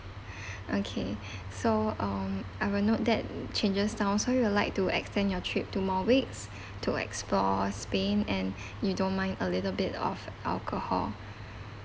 okay so um I will note that changes down so you'll like to extend your trip two more weeks to explore spain and you don't mind a little bit of alcohol